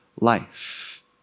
life